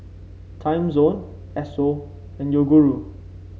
Timezone Esso and Yoguru